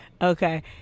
Okay